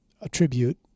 attribute